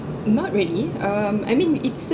not really um I mean it serve